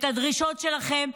את הדרישות שלכם,